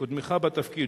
קודמך בתפקיד,